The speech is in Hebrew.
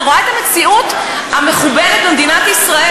רואה את המציאות המחובלת במדינת ישראל.